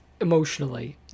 emotionally